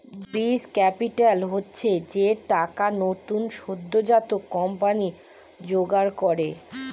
বীজ ক্যাপিটাল হচ্ছে যে টাকা নতুন সদ্যোজাত কোম্পানি জোগাড় করে